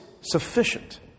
sufficient